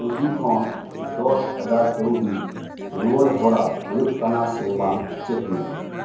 ᱥᱩᱜᱤ ᱠᱷᱚᱱ ᱫᱚᱥ ᱦᱟᱡᱟᱨ ᱠᱟᱹᱣᱰᱤ ᱨᱩᱣᱟᱹᱲ ᱦᱚᱨᱟ ᱦᱩᱭᱩᱜ ᱠᱟᱱᱟ ᱥᱮ ᱵᱟᱝ ᱪᱮᱠ ᱢᱮ